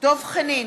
דב חנין,